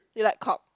you like cock